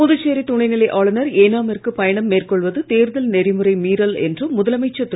புதுச்சேரி துணைநிலை ஆளுநர் ஏனாமிற்கு பயணம் மேற்கொள்வது தேர்தல் நெறிமுறை மீறல் என்று முதலமைச்சர் திரு